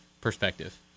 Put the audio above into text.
perspective